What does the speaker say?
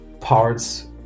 parts